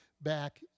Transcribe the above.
back